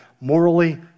Morally